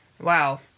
Wow